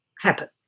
happen